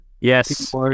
Yes